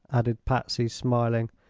added patsy, smiling.